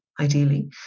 ideally